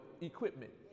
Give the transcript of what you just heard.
equipment